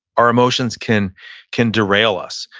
our emotions can can derail us.